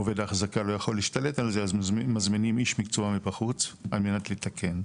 עובד האחזקה לא יכול להשתלט על זה אז מזמינים איש מקצוע מבחוץ כדי לתקן,